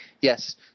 yes